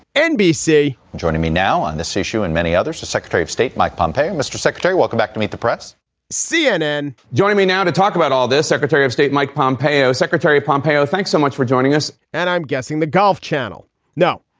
nbc joining me now on this issue and many others the secretary of state mike pompei. mr. secretary welcome back to meet the press cnn joining me now to talk about all this secretary of state mike pompeo secretary pompeo. thanks so much for joining us and i'm guessing the golf channel now.